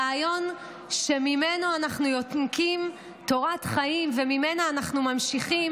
רעיון שממנו אנחנו יונקים תורת חיים וממנו אנחנו ממשיכים: